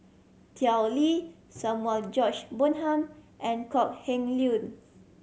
Tao Li Samuel George Bonham and Kok Heng Leun